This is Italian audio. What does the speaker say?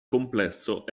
complesso